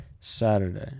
Saturday